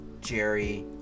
Jerry